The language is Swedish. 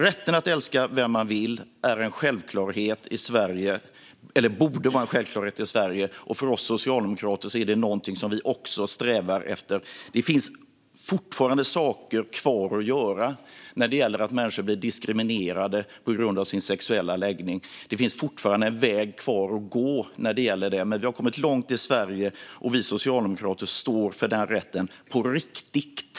Rätten att älska vem man vill borde vara en självklarhet i Sverige. Det är också något som vi socialdemokrater strävar efter. Det finns fortfarande saker kvar att göra när det gäller att människor blir diskriminerade på grund av sin sexuella läggning. Det finns fortfarande en bit kvar att gå. Men vi har kommit långt i Sverige. Vi socialdemokrater står för den rätten, på riktigt.